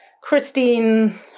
Christine